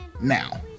now